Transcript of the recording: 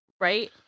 right